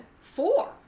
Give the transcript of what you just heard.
four